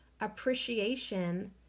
appreciation